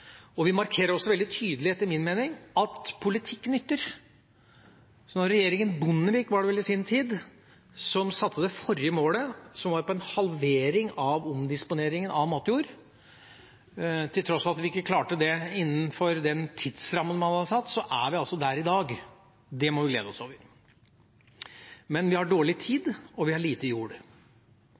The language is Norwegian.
Vi markerer også etter min mening veldig tydelig at politikk nytter. Regjeringa Bondevik, var det vel, satte i sin tid det forrige målet, som var på en halvering av omdisponeringa av matjord. Til tross for at vi ikke klarte det innenfor den tidsrammen som ble satt, så er vi altså der i dag. Det må vi glede oss over. Men vi har dårlig tid, og vi har lite jord.